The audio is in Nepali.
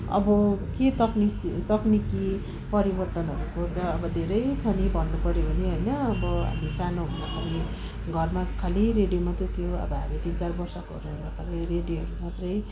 अब के तक्निक तक्निकी परिवर्तनहरू हुन्छ अब धेरै छ नि भन्नुपर्यो भने होइन अब हामी सानो हुँदाखेरि घरमा खाली रेडियो मात्रै थियो अब हामी तिन चार वर्ष भएको रेडियोहरू मात्रै